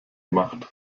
gemacht